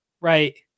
right